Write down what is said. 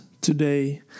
today